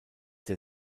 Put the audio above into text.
der